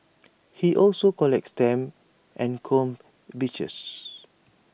he also collects stamps and combs beaches